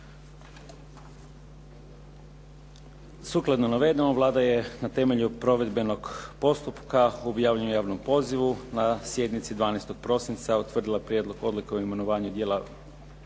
Sukladno navedenog, Vlada je na temelju provedbenog postupka objavljenom u javnom pozivu na sjednici 12. prosinca utvrdila Prijedlog odluke o imenovanju dijela